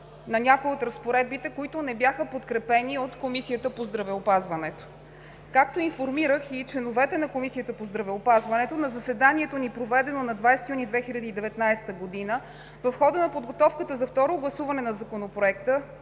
на някои от разпоредбите, които не бяха подкрепени от Комисията по здравеопазването. Както информирах и членовете на Комисията по здравеопазването на заседанието ни, проведено на 20 юни 2019 г., в хода на подготовката за второ гласуване на Законопроекта